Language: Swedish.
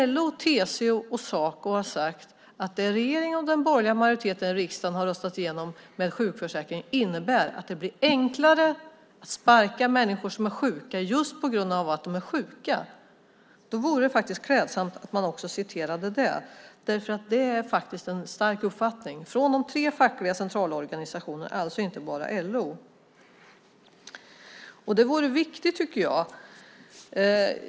LO, TCO och Saco har sagt att det som regeringen har föreslagit och som den borgerliga majoriteten har röstat igenom när det gäller sjukförsäkringen innebär att det blir enklare att sparka människor som är sjuka just på grund av att de är sjuka. Det vore klädsamt att man också citerade det. Det är faktiskt en stark uppfattning från de tre fackliga centralorganisationerna, och alltså inte bara från LO. Jag tycker att det skulle vara viktigt.